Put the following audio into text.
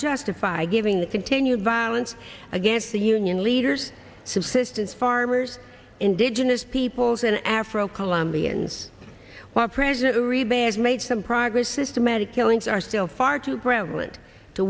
justify giving the continued violence against the union leaders subsistence farmers indigenous peoples and afro colombians while president rebadge made some progress systematic killings are still far too prevalent to